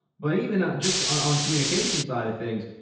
but even just on communication side of things,